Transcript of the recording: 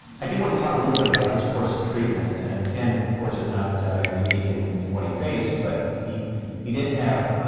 i do want to talk a little bit about his course of treatment, and ken of course is not unique and in what he faced, but he he did have